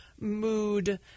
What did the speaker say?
mood